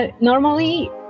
normally